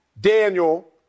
Daniel